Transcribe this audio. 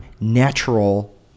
natural